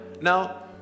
Now